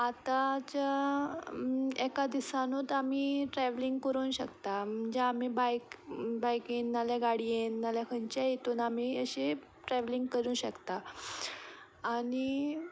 आतांच्या एका दिसानूच आमी ट्रेवलींग करूंक शकता म्हणजे आमी बायकीन नाल्यार गाडयेन नाल्यार खंयच्याय हितून आमी आशी ट्रेवलींग करूं शकता आनी